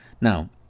Now